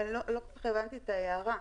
לא כל כך הבנתי את ההערה.